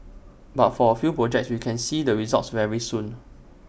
but for A few projects we can see the results very soon